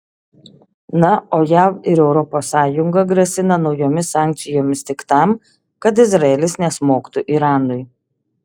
na o jav ir europos sąjunga grasina naujomis sankcijomis tik tam kad izraelis nesmogtų iranui